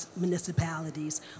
municipalities